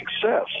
success